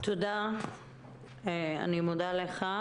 תודה לך.